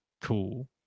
cool